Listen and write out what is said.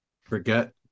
forget